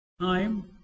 time